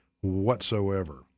whatsoever